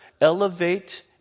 elevate